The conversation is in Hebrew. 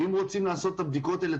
ואם רוצים לעשות את הבדיקות האלה,